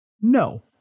no